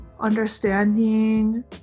understanding